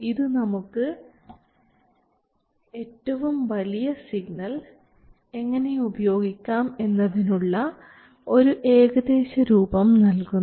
ഇത് നമുക്ക് ഏറ്റവും വലിയ സിഗ്നൽ എങ്ങനെ ഉപയോഗിക്കാം എന്നതിനുള്ള ഒരു ഏകദേശ രൂപം നൽകുന്നു